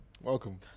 Welcome